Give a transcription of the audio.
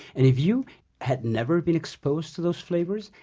and if you had never been exposed to those flavors,